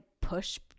push